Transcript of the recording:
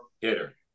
hitter